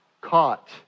Caught